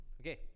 okay